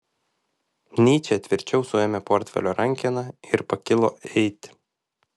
nyčė tvirčiau suėmė portfelio rankeną ir pakilo eiti